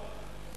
כן.